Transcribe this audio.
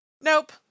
nope